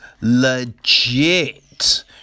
legit